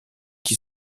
qui